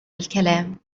الكلام